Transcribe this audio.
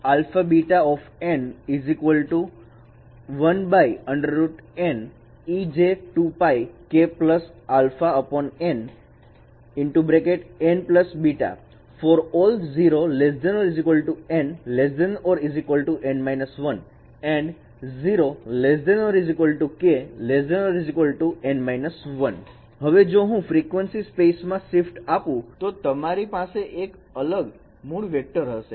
bk e for and αβ 1√Nj2π N nβkα 0 ≤ n ≤ N − 1 0 ≤ k ≤ N − 1 હવે જો હું frequency સ્પેસમાં શિફ્ટ આપું તો તમારી પાસે પણ અલગ મૂળ વેક્ટર હશે